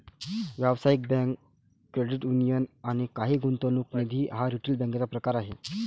व्यावसायिक bank, credit union आणि काही गुंतवणूक निधी हा रिटेल बँकेचा प्रकार आहे